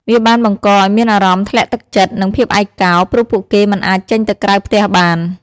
វាបានបង្កឱ្យមានអារម្មណ៍ធ្លាក់ទឹកចិត្ត និងភាពឯកោ ព្រោះពួកគេមិនអាចចេញទៅក្រៅផ្ទះបាន។